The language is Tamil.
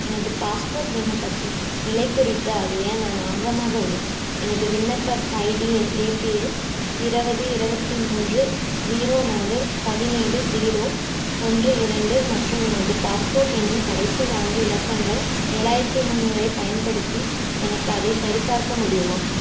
எனது பாஸ்போர்ட் விண்ணப்பத்தின் நிலை குறித்து அறிய நான் ஆர்வமாக உள்ளேன் எனது விண்ணப்ப ஐடி எ ஏபிஎல் இருபது இருபத்தி மூன்று ஜீரோ நாலு பதினேழு ஜீரோ ஒன்று இரண்டு மற்றும் எனது பாஸ்போர்ட் எண்ணின் கடைசி நான்கு இலக்கங்கள் ஏழாயிரத்தி முந்நூறைப் பயன்படுத்தி எனக்கு அதைச் சரிபார்க்க முடியுமா